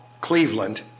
Cleveland